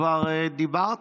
כבר דיברת.